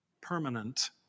permanent